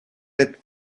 tête